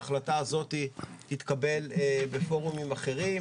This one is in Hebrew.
ההחלטה הזאת תתקבל בפורומים אחרים,